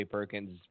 Perkins